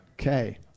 Okay